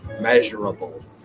measurable